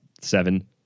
seven